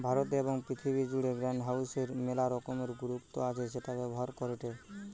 ভারতে এবং পৃথিবী জুড়ে গ্রিনহাউসের মেলা রকমের গুরুত্ব আছে সেটা ব্যবহার করেটে